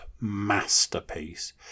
masterpiece